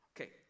Okay